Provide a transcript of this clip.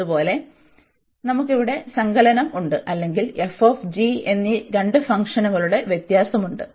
അതുപോലെ നമുക്ക് ഇവിടെ സങ്കലനം ഉണ്ട് അല്ലെങ്കിൽ f g എന്നീ രണ്ട് ഫംഗ്ഷനുകളുടെ വ്യത്യാസമുണ്ട്